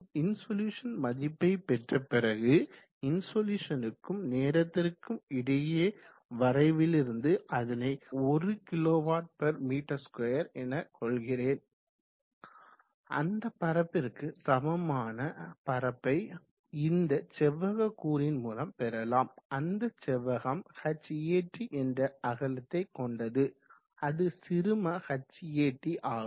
இன்சொலுசன் மதிப்பை பெற்ற பிறகு இன்சொலுசனுக்கும் நேரத்திற்கும் இடையே வரைவிலிருந்து அதனை 1kWm2 எனக்கொள்கிறேன் அந்த பரப்பிற்கு சமமான பரப்பை இந்த செவ்வக கூறின் மூலம் பெறலாம் அந்த செவ்வகம் Hat என்ற அகலத்தை கொண்டது அது சிறும Hat ஆகும்